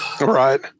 Right